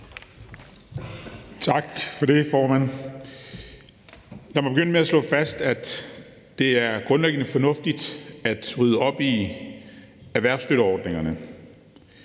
Tak for det, formand. Lad mig begynde med at slå fast, at det grundlæggende er fornuftigt at rydde op i erhvervsstøtteordningerne.